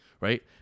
right